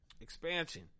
expansion